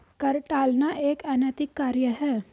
कर टालना एक अनैतिक कार्य है